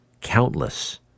countless